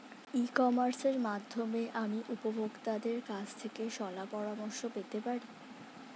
ই কমার্সের মাধ্যমে আমি উপভোগতাদের কাছ থেকে শলাপরামর্শ পেতে পারি?